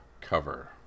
cover